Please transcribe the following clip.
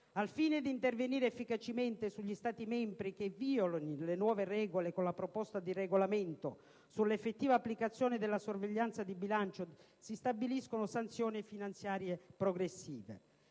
al fine di intervenire efficacemente sugli Stati membri che violino le nuove regole, con la proposta di regolamento sull'effettiva applicazione della sorveglianza di bilancio si stabiliscono sanzioni finanziarie progressive.